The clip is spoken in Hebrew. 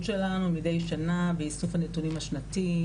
שלנו מדי שנה באיסוף הנתונים השנתי,